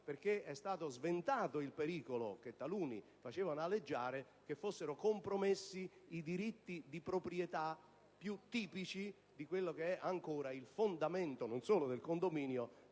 Infatti è stato sventato il pericolo che taluni facevano aleggiare che fossero compromessi i diritti di proprietà più tipici di quello che è ancora il fondamento non solo del condominio,